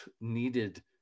needed